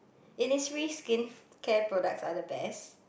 Innisfree skincare products are the best